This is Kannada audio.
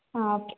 ಹಾಂ ಓಕೆ